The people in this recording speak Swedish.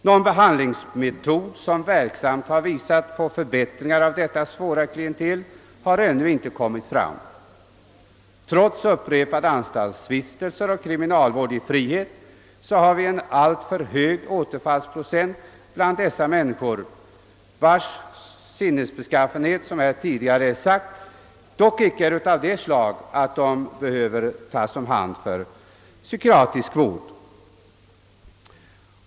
Någon behandlingsmetod som visat på verkliga förbättringar av detta svåra klientel har ännu inte kommit Yram. Trots upprepade anstaltsvistelser och kriminalvård i frihet har vi en alltför hög återfallsprocent bland dessa människor, vilkas sinnesbeskaffenhet — såsom tidigare nämnts — inte är av det slag att de behöver tas om hand för psykiatrisk vård.